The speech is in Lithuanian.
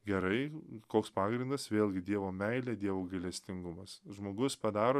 gerai koks pagrindas vėlgi dievo meilė dievo gailestingumas žmogus padaro